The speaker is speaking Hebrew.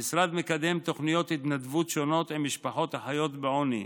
המשרד מקדם תוכניות התנדבות שונות עם משפחות החיות בעוני.